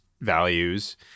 values